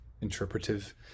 Interpretive